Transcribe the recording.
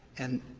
and